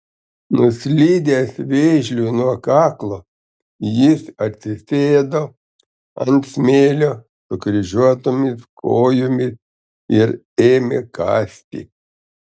nuslydęs vėžliui nuo kaklo jis atsisėdo ant smėlio sukryžiuotomis kojomis ir ėmė kasti